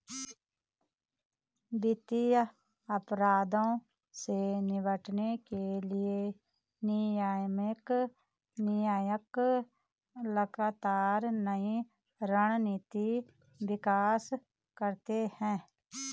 वित्तीय अपराधों से निपटने के लिए नियामक निकाय लगातार नई रणनीति विकसित करते हैं